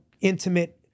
intimate